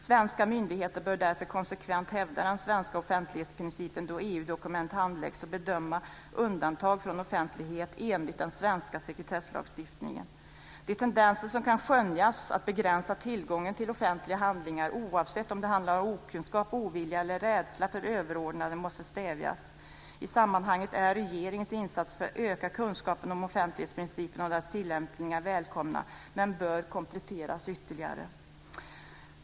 Svenska myndigheter bör därför konsekvent hävda den svenska offentlighetsprincipen då EU-dokument handläggs och bedöma undantag från offentlighet enligt den svenska sekretesslagstiftningen. De tendenser som kan skönjas att begränsa tillgången till offentliga handlingar oavsett om det handlar om okunskap, ovilja eller rädsla för överordnade måste stävjas. I sammanhanget är regeringens insatser för att öka kunskapen om offentlighetsprincipen och dess tillämpningar välkomna men bör kompletteras ytterligare.